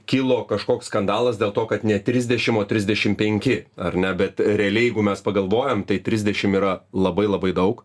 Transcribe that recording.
kilo kažkoks skandalas dėl to kad ne trisdešim o trisdešim penki ar ne bet realiai jeigu mes pagalvojam tai trisdešim yra labai labai daug